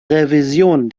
revision